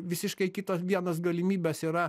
visiškai kitos vienos galimybės yra